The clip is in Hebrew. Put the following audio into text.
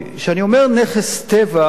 כשאני אומר "נכס טבע",